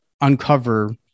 uncover